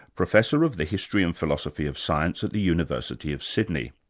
professor of the history and philosophy of science at the university of sydney.